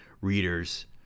readers